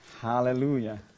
Hallelujah